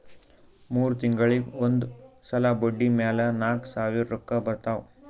ಮೂರ್ ತಿಂಗುಳಿಗ್ ಒಂದ್ ಸಲಾ ಬಡ್ಡಿ ಮ್ಯಾಲ ನಾಕ್ ಸಾವಿರ್ ರೊಕ್ಕಾ ಬರ್ತಾವ್